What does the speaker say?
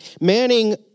Manning